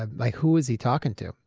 ah like who was he talking to?